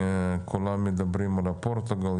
כולם מדברים על פורטוגל,